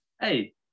Hey